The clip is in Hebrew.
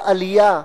בעלייה,